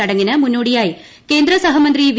ചടങ്ങിന് മുന്നോടിയായി കേന്ദ്ര സഹമന്ത്രി വി